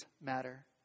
matter